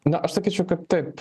na aš sakyčiau kad taip